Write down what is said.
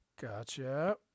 Gotcha